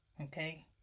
Okay